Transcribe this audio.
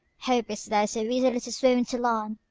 hopest thou so easily to swim to land?